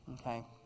okay